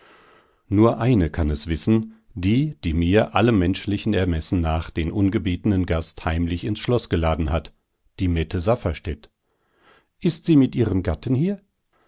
nur eine kann es wissen die die mir allem menschlichen ermessen nach den ungebetenen gast heimlich ins schloß geladen hat die mette safferstätt ist sie mit ihrem gatten hier